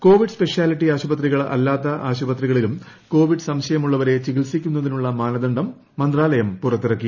Covid speciality ആശുപത്രികൾ അല്ലാത്ത ആശുപത്രികളിലും കോവിഡ് സംശയമുള്ളവരെ ചികിത്സിക്കുന്നതിനുള്ള മാനദണ്ഡം മന്ത്രാലയം പുറത്തിറക്കി